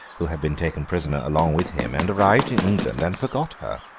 who had been taken prisoner along with him, and arrived in england and forgot her.